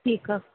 ठीकु आहे